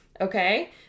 Okay